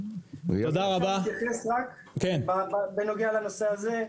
אתייחס בנוגע לנושא הזה.